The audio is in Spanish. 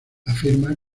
afirma